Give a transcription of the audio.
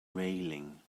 railing